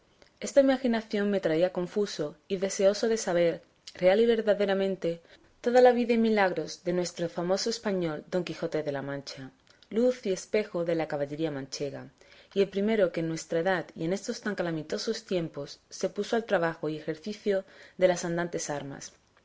esta imaginación me traía confuso y deseoso de saber real y verdaderamente toda la vida y milagros de nuestro famoso español don quijote de la mancha luz y espejo de la caballería manchega y el primero que en nuestra edad y en estos tan calamitosos tiempos se puso al trabajo y ejercicio de las andantes armas